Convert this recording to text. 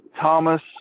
Thomas